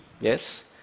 yes